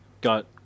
got